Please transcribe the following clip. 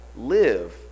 live